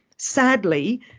Sadly